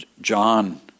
John